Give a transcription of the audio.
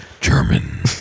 German